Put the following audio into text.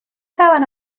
توانم